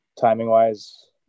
Timing-wise